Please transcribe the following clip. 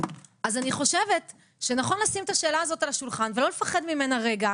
אז אני חושבת שנכון לשים את השאלה הזאת על השולחן ולא לפחד ממנה רגע,